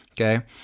okay